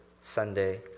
Sunday